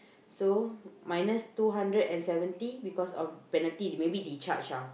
so minus two hundred and seventy because of penalty maybe they charge ah